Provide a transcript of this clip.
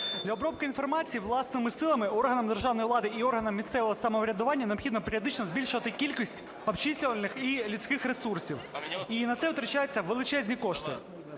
Для обробки інформації власними силами органам державної влади і органам місцевого самоврядування необхідно періодично збільшувати кількість обчислювальних і людських ресурсів, і на це витрачаються величезні кошти.